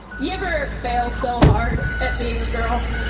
you ever fail so hard at being a girl?